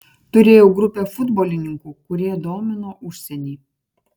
turėjau grupę futbolininkų kurie domino užsienį